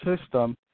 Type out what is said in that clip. system